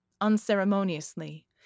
Unceremoniously